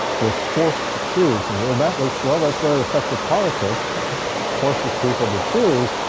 you're forced to choose, and that was well. that's very effective politics forces people to choose,